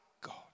God